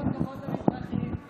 הכבוד למזרחים.